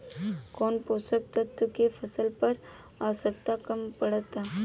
कौन पोषक तत्व के फसल पर आवशयक्ता कम पड़ता?